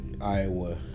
Iowa